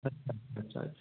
अच्छा अच्छा अच्छा अच्छा